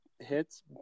hits